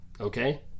okay